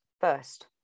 first